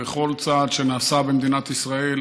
וכל צעד שנעשה במדינת ישראל